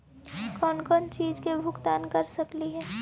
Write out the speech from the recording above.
कौन कौन चिज के भुगतान कर सकली हे?